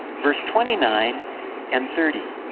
verse twenty nine and thirty.